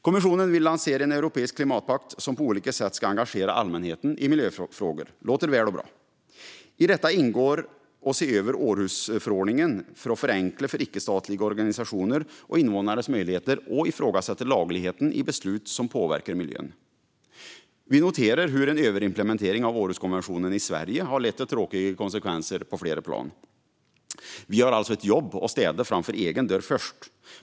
Kommissionen vill lansera en europeisk klimatpakt som på olika sätt ska engagera allmänheten i miljöfrågor. Det låter väl och bra. I detta ingår att se över Århusförordningen för att förenkla för icke-statliga organisationers och invånares möjligheter att ifrågasätta lagligheten i beslut som påverkar miljön. Vi noterar hur en överimplementering av Århuskonventionen i Sverige har lett till tråkiga konsekvenser på flera plan. Vi har alltså ett jobb: att först städa framför egen dörr.